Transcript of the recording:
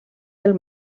del